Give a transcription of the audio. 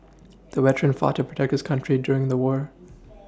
the veteran fought to protect his country during the war